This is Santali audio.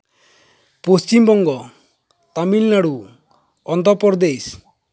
ᱯᱚᱥᱪᱤᱢᱵᱚᱝᱜᱚ ᱛᱟᱢᱤᱞᱱᱟᱲᱩ ᱚᱱᱫᱷᱨᱚᱯᱨᱚᱫᱮᱥ